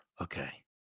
Okay